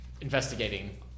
investigating